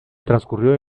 transcurrió